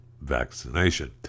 vaccination